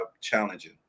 challenging